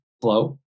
flow